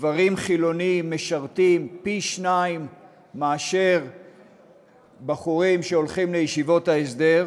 גברים חילונים משרתים פי-שניים מאשר בחורים שהולכים לישיבות ההסדר,